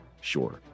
sure